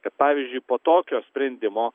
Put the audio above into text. kad pavyzdžiui po tokio sprendimo